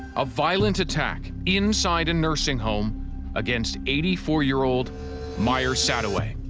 a violent attack inside a nursing home against eighty four year old meyer sadoway.